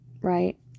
Right